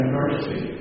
mercy